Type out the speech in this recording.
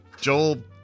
Joel